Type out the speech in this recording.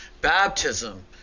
Baptism